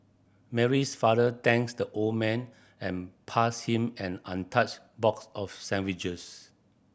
Mary's father thanks the old man and passed him an untouched box of sandwiches